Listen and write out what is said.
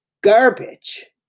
garbage